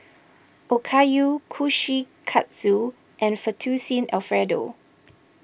Okayu Kushikatsu and Fettuccine Alfredo